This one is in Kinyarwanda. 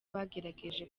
bagerageje